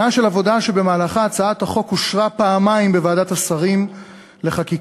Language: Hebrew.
שנה של עבודה שבמהלכה הצעת החוק אושרה פעמיים בוועדת השרים לחקיקה,